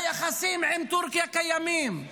היחסים עם טורקיה קיימים.